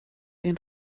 ihren